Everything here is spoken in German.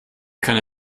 keine